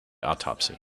autopsy